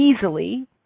easily